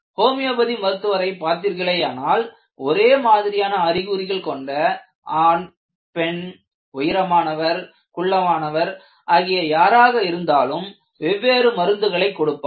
homeopathy மருத்துவரை பார்த்தீர்களேயானால் ஒரே மாதிரியான அறிகுறிகள் கொண்ட ஆண் பெண் உயரமானவர் குள்ளமானவர் ஆகிய யாராக இருந்தாலும் வெவ்வேறு மருந்துகளை கொடுப்பார்